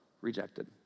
rejected